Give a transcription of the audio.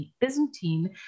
Byzantine